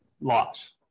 loss